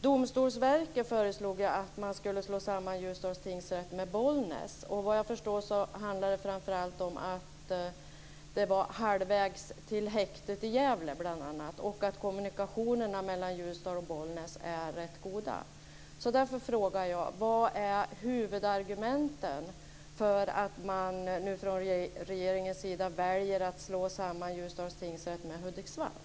Domstolsverket föreslog att man skulle slå samman Ljusdals tingsrätt med Bollnäs tingsrätt. Såvitt jag förstår handlade det framför allt om att det var halvvägs till häktet i Gävle och att kommunikationerna mellan Ljusdal och Bollnäs är rätt goda. Därför frågar jag: Vad är huvudargumenten för att man nu från regeringens sida väljer att slå samman Ljusdals tingsrätt med Hudiksvalls?